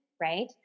right